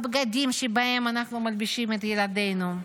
הבגדים שבהם אנחנו מלבישים את ילדינו.